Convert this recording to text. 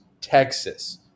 Texas